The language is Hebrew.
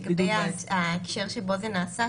לגבי ההקשר שבו זה נעשה,